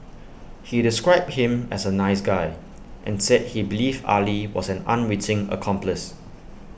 he described him as A nice guy and said he believed Ali was an unwitting accomplice